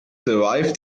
survive